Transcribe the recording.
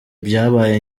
byabaye